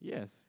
Yes